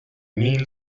mil